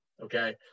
okay